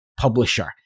publisher